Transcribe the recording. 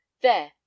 There